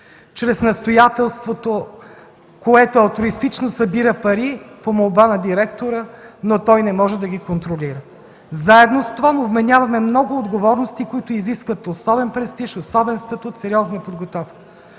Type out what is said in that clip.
чрез настоятелството, което алтруистично събира пари по молба на директора, но той не може да ги контролира. Заедно с това му вменяваме много отговорности, които изискват особен престиж, особен статут, сериозна подготовка.